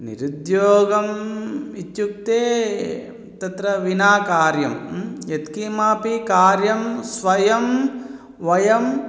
निरुद्योगम् इत्युक्ते तत्र विना कार्येण यत्किमपि कार्यं स्वयं वयम्